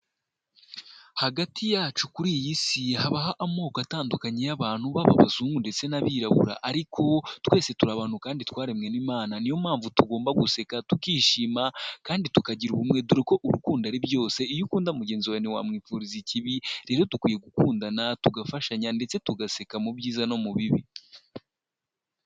Hagati yacu kuri iyi si habaho amoko atandukanye y'abantu, baba abazungu ndetse n'abirabura, ariko twese turi abantu kandi twaremwe n'Imana, niyo mpamvu tugomba guseka, tukishima kandi tukagira ubumwe dore uko urukundo ari byose, iyo ukunda mugenzi wawe ntiwamwifuriza ikibi, rero dukwiye gukundana tugafashanya ndetse tugaseka mu byiza no mu bibi.